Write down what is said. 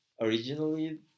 originally